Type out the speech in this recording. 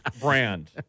brand